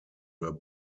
were